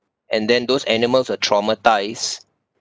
and then those animals were traumatised